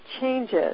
changes